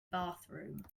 bathroom